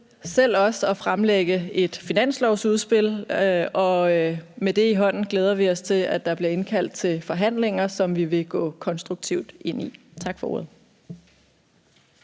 selv til at fremlægge et finanslovsudspil, og med det i hånden glæder vi os til, at der bliver indkaldt til forhandlinger, som vi vil gå konstruktivt ind i. Tak for ordet.